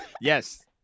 Yes